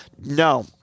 No